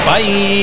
Bye